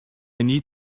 need